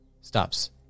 stops